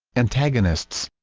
antagonists